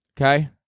Okay